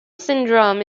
syndrome